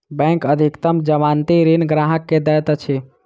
bank अधिकतम जमानती ऋण ग्राहक के दैत अछि